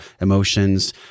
emotions